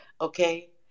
okay